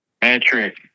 Patrick